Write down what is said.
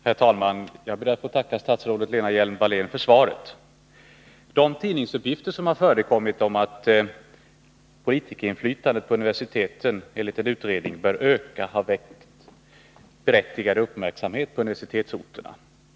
Herr talman! Jag ber att få tacka statsrådet Lena Hjelm-Wallén för svaret på min fråga. De tidningsuppgifter som har förekommit om att politikerinflytandet vid universiteten enligt en utredning bör öka har väckt berättigad uppmärksamhet på universitetsorterna.